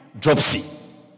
dropsy